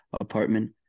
apartment